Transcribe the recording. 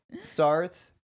starts